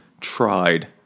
tried